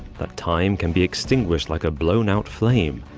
that time can be extinguished like a blown-out flame,